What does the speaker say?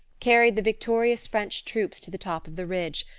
carried the victorious french troops to the top of the ridge,